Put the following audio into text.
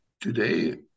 today